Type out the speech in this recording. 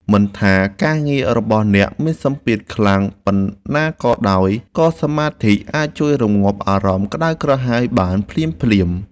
មិនថាការងាររបស់អ្នកមានសម្ពាធខ្លាំងប៉ុណ្ណាក៏ដោយក៏សមាធិអាចជួយរំងាប់អារម្មណ៍ក្តៅក្រហាយបានភ្លាមៗ។